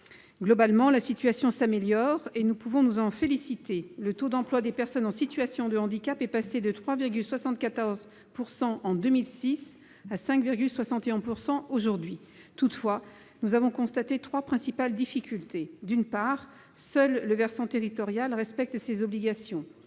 Globalement, la situation s'améliore et nous pouvons nous en féliciter : le taux d'emploi des personnes en situation de handicap est passé de 3,74 % en 2006 à 5,61 % aujourd'hui. Toutefois, nous avons constaté trois principales difficultés. Premièrement, seul le versant territorial respecte ses obligations.